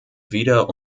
wieder